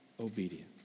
obedience